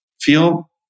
feel